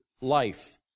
life